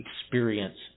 experience